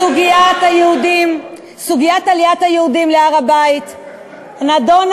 סוגיית עליית היהודים להר-הבית נדונה